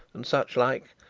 and such like,